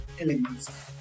elements